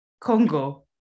Congo